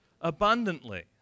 abundantly